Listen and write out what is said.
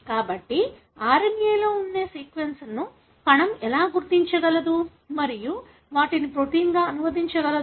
కాబట్టి RNA లో ఉండే సీక్వెన్స్లను కణం ఎలా గుర్తించగలదు మరియు వాటిని ప్రోటీన్గా అనువదించగలదు